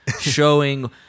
showing